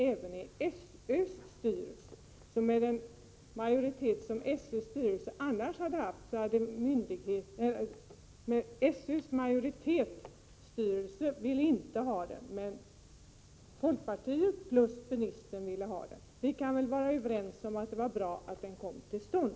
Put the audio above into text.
SÖ:s styrelse ville inte ha skolan, men ministern stödde folkpartiets reservation. Vi kan väl vara överens om att det är bra att skolan kommer till stånd.